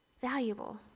valuable